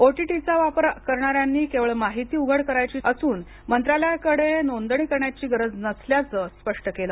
ओटीटीचा वापर करणाऱ्यांनी केवळ माहिती उघड करायची असून मंत्रालयाकडे नोंदणी करण्याची गरज नसल्याचं त्यांनी स्पष्ट केलं